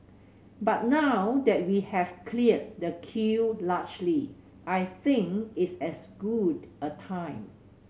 but now that we have cleared the queue largely I think it's as good a time